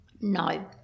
No